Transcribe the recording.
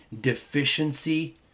Deficiency